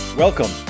Welcome